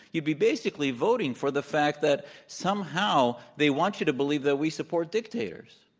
you'd be basically voting for the fact that, somehow, they want you to believe that we support dictators.